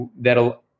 that'll